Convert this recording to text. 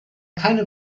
keine